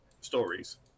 stories